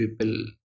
people